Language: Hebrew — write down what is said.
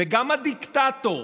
גם הדיקטטור